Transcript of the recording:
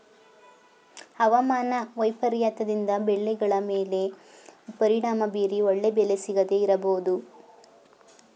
ಅವಮಾನ ವೈಪರೀತ್ಯದಿಂದ ಬೆಳೆಗಳ ಮೇಲೆ ಪರಿಣಾಮ ಬೀರಿ ಒಳ್ಳೆಯ ಬೆಲೆ ಸಿಗದೇ ಇರಬೋದು